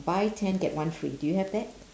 buy ten get one free do you have that